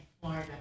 Florida